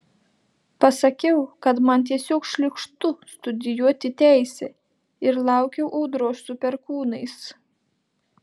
pasakiau kad man tiesiog šlykštu studijuoti teisę ir laukiau audros su perkūnais